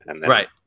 Right